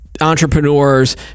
entrepreneurs